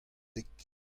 dek